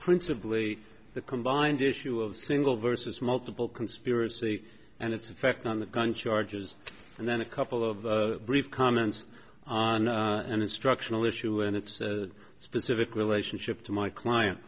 principally the combined issue of single versus multiple conspiracy and its effect on the country arches and then a couple of brief comments on an instructional issue and its specific relationship to my client